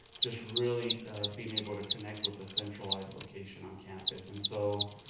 just really being able to connect with a centralized location on campus. and so,